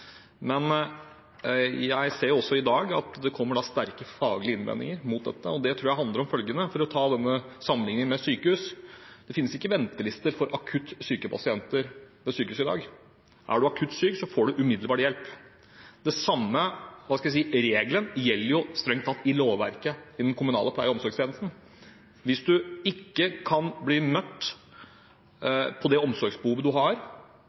Men jeg ser jo også i dag at det kommer sterke faglige innvendinger mot dette, og det tror jeg handler om – for å ta denne sammenligningen med sykehus – at det ikke finnes ventelister for akutt syke pasienter ved sykehus i dag. Er du akutt syk, får du umiddelbar hjelp. Den samme regelen gjelder strengt tatt i lovverket i den kommunale pleie- og omsorgstjenesten. Hvis du ikke kan bli møtt på det omsorgsbehovet du har,